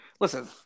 Listen